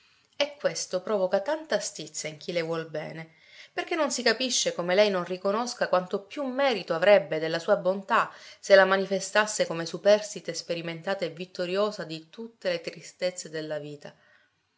è e questo provoca tanta stizza in chi le vuol bene perché non si capisce come lei non riconosca quanto più merito avrebbe della sua bontà se la manifestasse come superstite sperimentata e vittoriosa di tutte le tristezze della vita